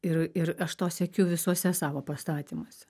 ir ir aš to siekiu visuose savo pastatymuose